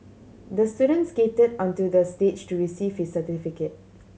the student skated onto the stage to receive his certificate